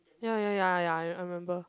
ya ya ya ya I I remember